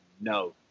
no